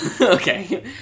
Okay